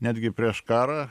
netgi prieš karą